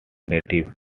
native